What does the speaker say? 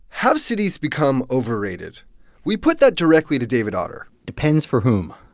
how cities become overrated we put that directly to david autor depends for whom.